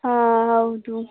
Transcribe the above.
ಹಾಂ ಹೌದು